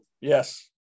yes